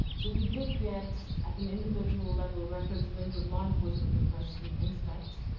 so we did get, at an individual level, records linked with law enforcement requests with inspect,